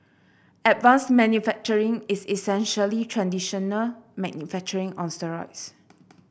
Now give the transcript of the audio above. advanced manufacturing is essentially traditional manufacturing on steroids